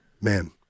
man